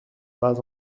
bas